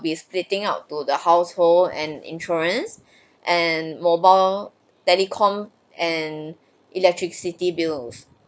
be splitting out to the household and insurance and mobile telecom and electricity bills